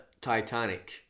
Titanic